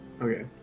Okay